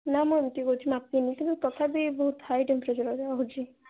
ନା ମୁଁ ଏମିତି କହୁଛି ମାପିନି କିନ୍ତୁ ତଥାପି ବହୁତ ହାଇ ଟେମ୍ପ୍ରେଚର୍ ରହୁଛି